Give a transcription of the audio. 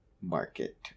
market